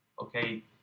Okay